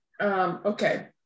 okay